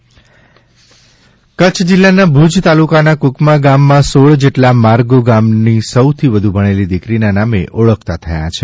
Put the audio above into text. કુકમા મહિલા માર્ગ કચ્છ જિલ્લાના ભૂજ તાલુકાના કુકમા ગામમાં સોળ જેટલા માર્ગો ગામની સૌથી વધુ ભણેલી દિકરીના નામે ઓળખાતા થયા છે